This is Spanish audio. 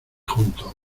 juntos